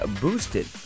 boosted